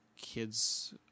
kids